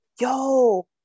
yo